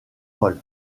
paul